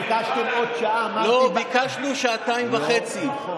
ביקשתם עוד שעה, ואמרתי, לא, ביקשנו שעתיים וחצי.